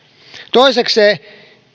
toisekseen